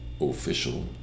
official